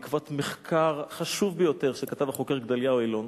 מחקר חשוב ביותר שכתב החוקר גדליהו אלון